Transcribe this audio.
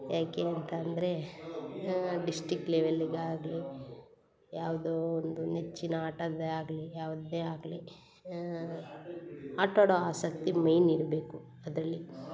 ಯಾಕೆ ಅಂತಂದರೆ ಡಿಸ್ಟಿಕ್ ಲೆವೆಲಿಗಾಗಲಿ ಯಾವುದೋ ಒಂದು ನೆಚ್ಚಿನ ಆಟದ್ದೇ ಆಗಲಿ ಯಾವುದೇ ಆಗಲಿ ಆಟ ಆಡೋ ಆಸಕ್ತಿ ಮೇಯ್ನ್ ಇರಬೇಕು ಅದರಲ್ಲಿ